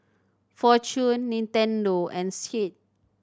Fortune Nintendo and Schick